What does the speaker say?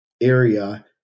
area